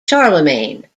charlemagne